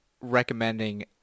recommending